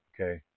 okay